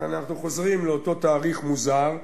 אם אנחנו חוזרים לאותו תאריך מוזר,